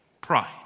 Pride